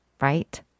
right